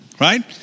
Right